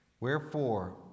Wherefore